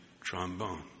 trombone